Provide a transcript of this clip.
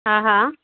हा हा